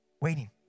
waiting